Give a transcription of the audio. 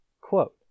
Quote